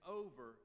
over